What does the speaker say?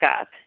up